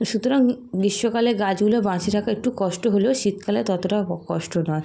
সুতরাং গ্রীষ্মকালে গাছগুলো বাঁচিয়ে রাখা একটু কষ্ট হলেও শীতকালে ততটা কষ্ট নয়